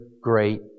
great